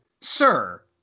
Sir